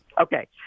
okay